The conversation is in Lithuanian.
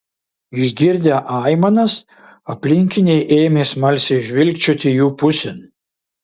išgirdę aimanas aplinkiniai ėmė smalsiai žvilgčioti jų pusėn